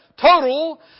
total